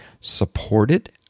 supported